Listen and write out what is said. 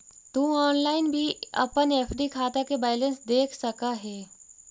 तु ऑनलाइन भी अपन एफ.डी खाता के बैलेंस देख सकऽ हे